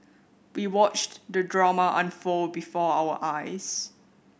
we watched the drama unfold before our eyes